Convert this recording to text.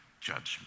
judgment